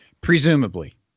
Presumably